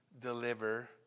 deliver